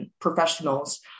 professionals